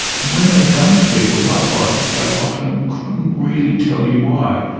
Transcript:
and when they dumped people, likewise they often couldn't really tell you why.